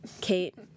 kate